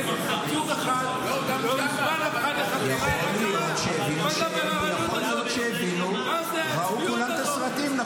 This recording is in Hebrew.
אין עצור אחד --- יכול להיות שהבינו --- מה זה הצביעות הזאת?